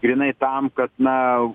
grynai tam kad na